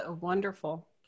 wonderful